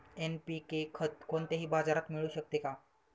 NPK खत कोणत्याही बाजारात मिळू शकते का?